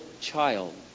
child